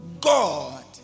God